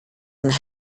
and